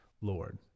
Lord